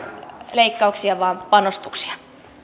leikkauksia vaan panostuksia